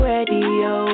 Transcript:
Radio